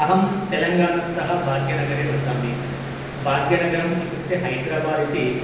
अहं तेलङ्गाणातः भाग्यनगरे वसामि भाग्यनगरम् इत्युक्ते हैद्राबादः इति